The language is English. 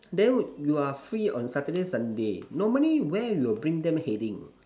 then you are free on Saturday Sunday normally where you will bring them heading